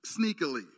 sneakily